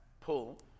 pull